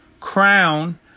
crown